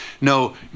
no